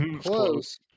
close